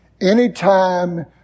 Anytime